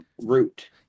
root